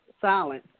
silence